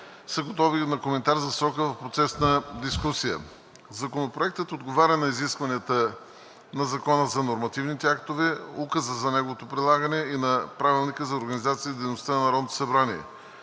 са готови на коментар за срока в процеса на дискусия. Законопроектът отговаря на изискванията на Закона за нормативните актове, Указа за неговото прилагане и на Правилника за организацията и дейността на Народното събрание.